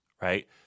right